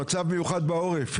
מצב מיוחד בעורף,